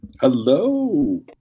Hello